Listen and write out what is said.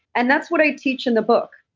and that's what i teach in the book.